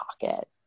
pocket